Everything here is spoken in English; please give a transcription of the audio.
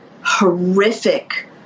horrific